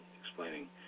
explaining